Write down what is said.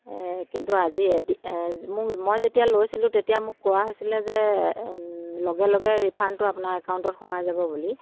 এ কিন্তু আজি এদিন মোক মই যেতিয়া লৈছিলোঁ তেতিয়া মোক কোৱা হৈছিলে যে লগে লগে ৰিফাণ্ডটো আপোনাৰ একাউণ্টত সোমাই যাব বুলি